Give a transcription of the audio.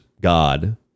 God